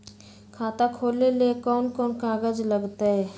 खाता खोले ले कौन कौन कागज लगतै?